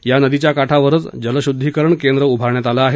या नदीच्या काठावरच जलशुद्दीकरण केंद्र उभारण्यात आलं आहे